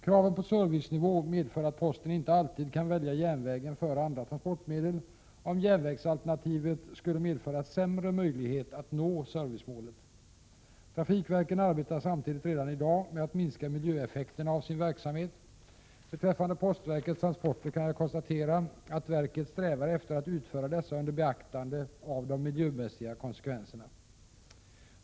Kraven på servicenivå medför att posten inte alltid kan välja järnvägen före andra transportmedel, om järnvägsalternativet skulle medföra sämre möjligheter att nå servicemålet. Trafikverken arbetar samtidigt redan i dag med att minska miljöeffekterna av sin verksamhet. Beträffande postverkets transporter kan jag konstatera att verket strävar efter att utföra dessa under beaktande av de miljömässiga konsekvenserna.